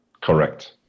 Correct